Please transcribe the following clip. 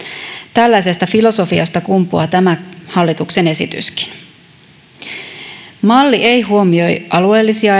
tällaisesta filosofiasta kumpuaa tämä hallituksen esityskin malli ei huomioi alueellisia